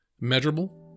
Measurable